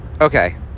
okay